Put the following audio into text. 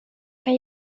kan